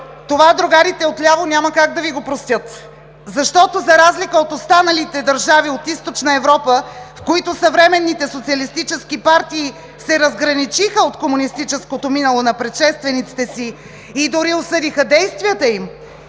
това другарите отляво няма как да Ви го простят, защото, за разлика от останалите държави от Източна Европа, в които съвременните социалистически партии се разграничиха от комунистическото минало на предшествениците си и дори осъдиха действията им,